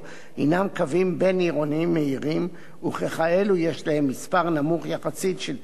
בין-עירוניים מהירים וככאלו יש להם מספר נמוך יחסית של תחנות עצירה,